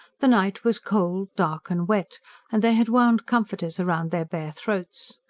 the night was cold, dark and wet and they had wound comforters round their bare throats.